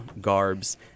garbs